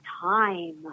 time